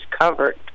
covered